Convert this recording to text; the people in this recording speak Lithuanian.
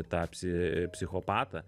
tą psi psichopatą